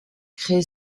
créé